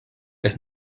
qed